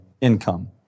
income